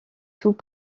tout